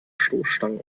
stoßstangen